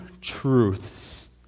truths